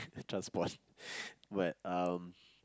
transport but um